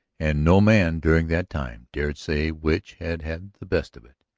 and no man during that time dared say which had had the best of it,